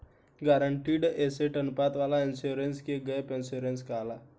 guaranteed asset अनुपात वाला insurance के गैप इंश्योरेंस कहाला